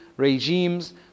regimes